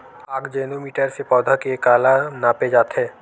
आकजेनो मीटर से पौधा के काला नापे जाथे?